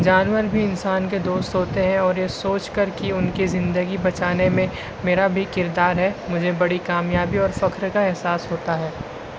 جانور بھی انسان کے دوست ہوتے ہیں اور یہ سوچ کر کہ ان کی زندگی بچانے میں میرا بھی کردار ہے مجھے بڑی کامیابی اور فخر کا احساس ہوتا ہے